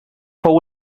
fou